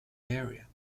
area